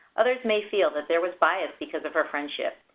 others may feel that there was bias because of her friendship.